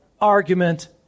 argument